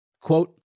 Quote